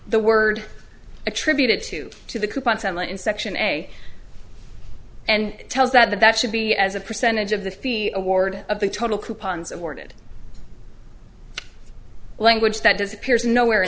the word attributed to to the coupon title in section a and tells that that should be as a percentage of the fee award of the total coupons awarded language that disappears nowhere